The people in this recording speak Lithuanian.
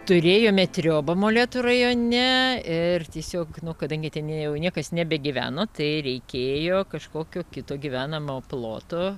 turėjome triobą molėtų rajone ir tiesiog nu kadangi ten jau niekas nebegyveno tai reikėjo kažkokio kito gyvenamojo ploto